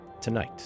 tonight